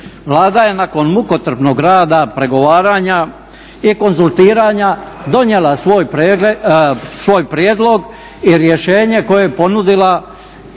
Vlada je nakon mukotrpnog rada, pregovaranja i konzultiranja donijela svoj prijedlog i rješenje koje je ponudila Saboru